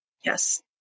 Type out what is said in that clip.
Yes